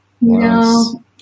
No